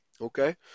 okay